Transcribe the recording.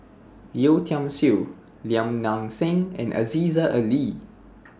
Yeo Tiam Siew Lim Nang Seng and Aziza Ali